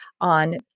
on